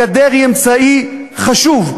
הגדר היא אמצעי חשוב,